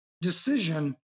decision